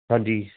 ਹਾਂਜੀ